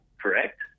correct